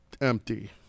empty